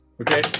okay